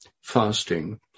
fasting